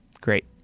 Great